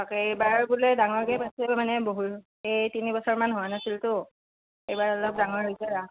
তাকে এইবাৰ বোলে ডাঙৰকৈ পাতিছিলে মানে বহু কেই তিনি বছৰ মান হোৱা নাছিলতো এইবাৰ অলপ ডাঙৰ হৈছে ৰাস